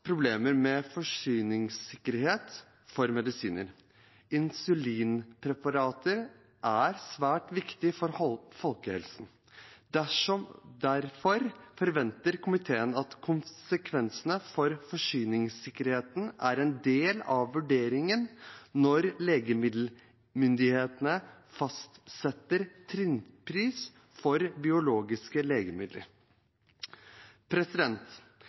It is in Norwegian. problemer med forsyningssikkerheten for medisiner. Insulinpreparater er svært viktig for folkehelsen. Derfor forventer komiteen at konsekvensene for forsyningssikkerheten er en del av vurderingen når legemiddelmyndighetene fastsetter trinnpris for biologiske legemidler.